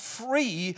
free